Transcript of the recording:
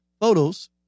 photos